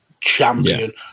champion